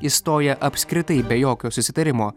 išstoja apskritai be jokio susitarimo